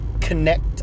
connect